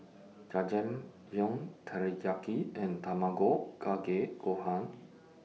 Jajangmyeon Teriyaki and Tamago Kake Gohan